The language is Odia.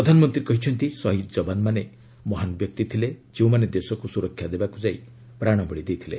ପ୍ରଧାନମନ୍ତ୍ରୀ କହିଛନ୍ତି ସହିଦ ଯବାନମାନେ ମହାନ ବ୍ୟକ୍ତି ଥିଲେ ଯେଉଁମାନେ ଦେଶକୁ ସୁରକ୍ଷା ଦେବାକୁ ଯାଇ ପ୍ରାଶବଳୀ ଦେଇଥିଲେ